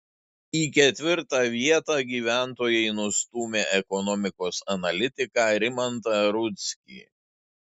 į ketvirtą vietą gyventojai nustūmė ekonomikos analitiką rimantą rudzkį